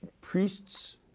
Priests